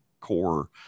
core